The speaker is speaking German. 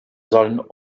sollen